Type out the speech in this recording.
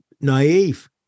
naive